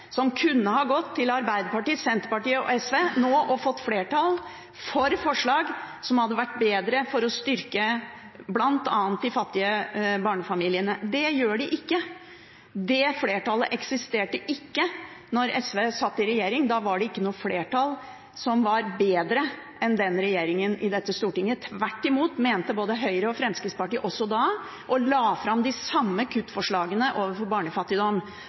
nå kunne ha gått til Arbeiderpartiet, Senterpartiet og SV og fått flertall for forslag som hadde vært bedre for å styrke bl.a. de fattige barnefamiliene. Det gjør de ikke. Det flertallet eksisterte ikke da SV satt i regjering, da var det ikke noe flertall som var bedre enn den regjeringen i dette Stortinget. Tvert imot mente både Høyre og Fremskrittspartiet også da det samme og la fram de samme kuttforslagene med hensyn til barnefattigdom,